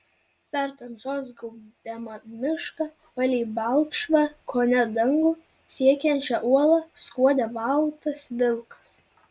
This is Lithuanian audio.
per tamsos gaubiamą mišką palei balkšvą kone dangų siekiančią uolą skuodė baltas vilkas